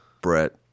Brett